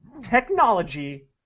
technology